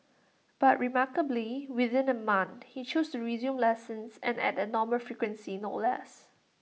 but remarkably within A month he chose to resume lessons and at A normal frequency no less